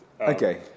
Okay